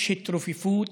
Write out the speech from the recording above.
יש התרופפות